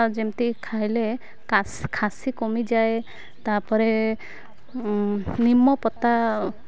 ଯେମିତି ଖାଇଲେ ଖାସି କମିଯାଏ ତାପରେ ନିମ ପତା